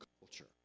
culture